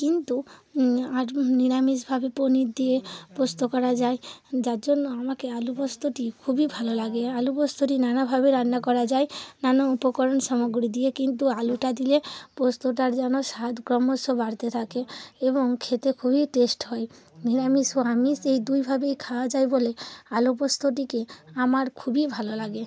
কিন্তু আর নিরামিষভাবে পনির দিয়ে পোস্ত করা যায় যার জন্য আমাকে আলু পোস্তটি খুব ভালো লাগে আলু পোস্তটি নানাভাবে রান্না করা যায় নানা উপকরণ সামগ্রী দিয়ে কিন্তু আলুটা দিলে পোস্তটার যেন স্বাদ ক্রমশ বাড়তে থাকে এবং খেতে খুবই টেস্ট হয় নিরামিষ ও আমিষ এই দুইভাবেই খাওয়া যায় বলে আলু পোস্তটিকে আমার খুবই ভালো লাগে